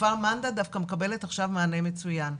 בכפר מנדא דווקא מקבלת עכשיו מענה מצוין.